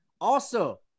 also-